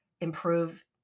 improve